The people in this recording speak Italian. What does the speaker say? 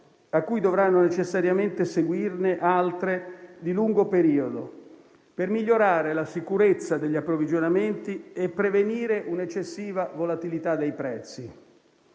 a cui dovranno necessariamente seguirne altre di lungo periodo, per migliorare la sicurezza degli approvvigionamenti e prevenire un'eccessiva volatilità dei prezzi.